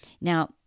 Now